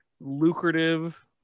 lucrative